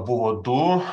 buvo du